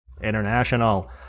International